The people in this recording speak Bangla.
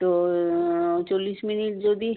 তো চল্লিশ মিনিট যদি